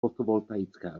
fotovoltaické